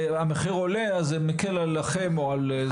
המחיר עולה אז זה מקל עליכם או על זוכה אחר.